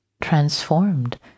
transformed